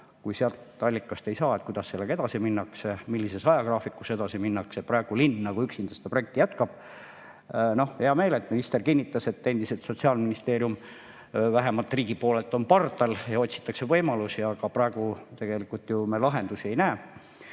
kui sealt allikast ei saa, siis kuidas sellega edasi minnakse ja millises ajagraafikus edasi minnakse. Praegu linn üksinda seda projekti jätkab. Noh, hea meel on, et minister kinnitas: endiselt Sotsiaalministeerium vähemalt riigi esindajana on pardal ja otsitakse võimalusi. Aga praegu me ju tegelikult lahendusi ei näe.